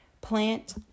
Plant